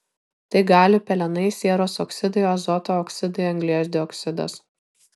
tai gali pelenai sieros oksidai azoto oksidai anglies dioksidas